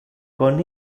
con